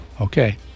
Okay